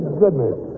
goodness